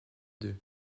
deux